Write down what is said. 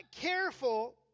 careful